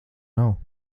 nav